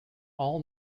all